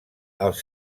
els